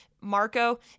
Marco